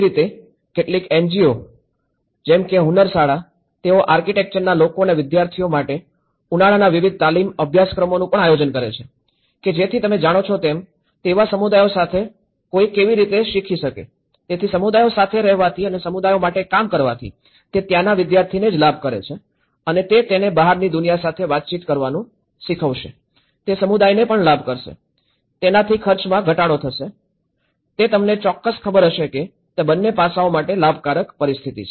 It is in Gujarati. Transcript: જ રીતે કેટલીક એનજીઓ જેમ કે હુન્નરશાળા તેઓ આર્કિટેક્ચરના લોકો અને વિદ્યાર્થીઓ માટે ઉનાળાના વિવિધ તાલીમ અભ્યાસક્રમોનું પણ આયોજન કરે છે કે જેથી તમે જાણો છો તેમ તેવા સમુદાયો સાથે કોઈ કેવી રીતે શીખી શકે તેથી સમુદાયો સાથે રહેવાથી અને સમુદાયો માટે કામ કરવાથી તે ત્યાંના વિદ્યાર્થીને જ લાભ કરે છે અને તે તેને બહારની દુનિયા સાથે વાતચીત કરવાનું શીખવશે તે સમુદાયને પણ લાભ કરશે તેનાથી ખર્ચમાં ઘટાડો થશે તે તમને ચોક્કસ ખબર હશે કે તે બંને પાસાંઓ માટે લાભકારક પરિસ્થિતિ છે